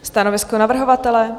Stanovisko navrhovatele?